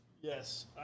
yes